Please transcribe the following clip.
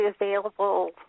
available